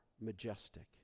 majestic